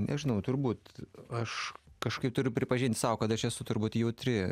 nežinau turbūt aš kažkaip turiu pripažinti sau kad aš esu turbūt jautri